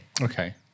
Okay